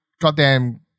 goddamn